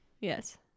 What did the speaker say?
Yes